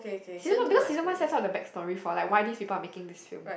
season one because season one sets out the back story for like why these people are making this film